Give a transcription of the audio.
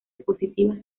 positivas